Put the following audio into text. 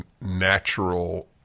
natural